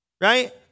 Right